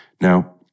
Now